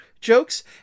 jokes